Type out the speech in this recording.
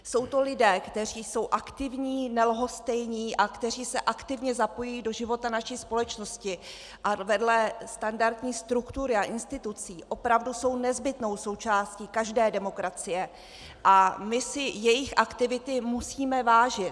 Jsou to lidé, kteří jsou aktivní, nelhostejní a kteří se aktivně zapojují do života naší společnosti a vedle standardní struktury a institucí opravdu jsou nezbytnou součástí každé demokracie a my si jejich aktivity musíme vážit.